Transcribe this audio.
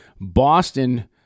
Boston –